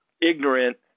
ignorant